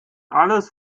alles